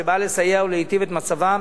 שבאה לסייע ולהיטיב את מצבם